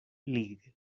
league